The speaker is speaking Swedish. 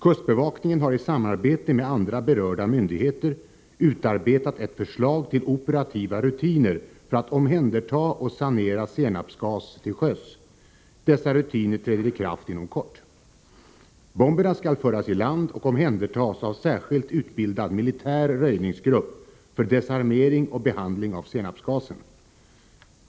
Kustbevakningen har i samarbete med andra berörda myndigheter utarbetat ett förslag till operativa rutiner för att omhänderta och sanera senapsgas till sjöss. Dessa rutiner träder i kraft inom kort. Bomberna skall föras i land och omhändertas av en särskilt utbildad militär röjningsgrupp för desarmering och behandling av senapsgasen.